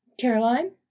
Caroline